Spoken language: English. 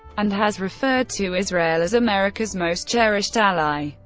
and has referred to israel as america's most cherished ally.